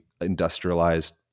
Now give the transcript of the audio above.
industrialized